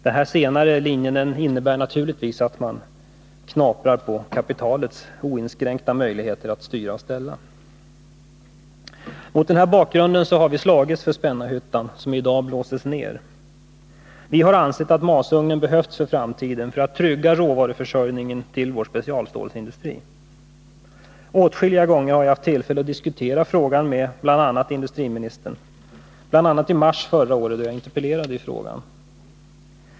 — Denna senare linje innebär naturligtvis att man knaprar på kapitalets oinskränkta möjligheter att styra och ställa. Mot den här bakgrunden har vi slagits för Spännarhyttan, som i dag blåses ned. Vi har ansett att masugnen hade behövts för framtiden för att trygga råvaruförsörjningen till vår specialstålsindustri. Åtskilliga gånger har jag haft tillfälle att diskutera frågan med bl.a. industriministern, exempevis i mars förra året, då jag interpellerade i frågan.